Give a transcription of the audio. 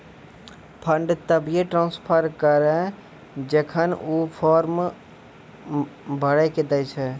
fund तभिये transfer करऽ जेखन ऊ फॉर्म भरऽ के दै छै